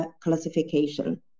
classification